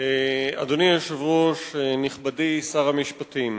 אדוני היושב-ראש, נכבדי שר המשפטים,